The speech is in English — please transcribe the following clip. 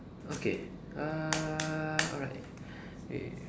okay uh alright K